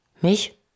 Mich